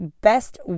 Best